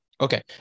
Okay